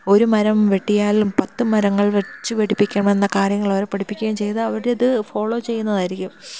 ഒരു മരം വെട്ടിയാലും പത്ത് മരങ്ങൾ വച്ചു പിടിപ്പിക്കണമെന്ന കാര്യങ്ങൾ അവരെ പഠിപ്പിക്കുകയും ചെയ്തു അവർ അത് ഫോളോ ചെയ്യുന്നതായിരിക്കും